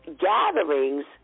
gatherings